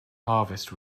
harvest